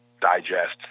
digest